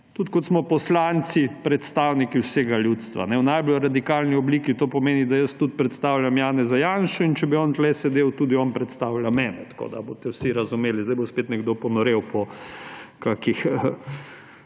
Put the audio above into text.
tudi poslanci predstavniki vsega ljudstva. V najbolj radikalni obliki to pomeni, da jaz tudi predstavljam Janeza Janšo, in če bi on tu sedel, tudi on predstavlja mene. Tako da boste vsi razumeli. Zdaj bo spet nekdo ponorel po kakšnih